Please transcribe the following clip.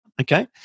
okay